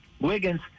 Wiggins